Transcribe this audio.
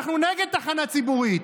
ואנחנו נגד תחנה ציבורית,